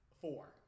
four